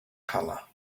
color